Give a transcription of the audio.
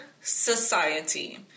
society